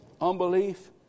unbelief